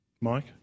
Mike